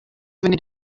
venez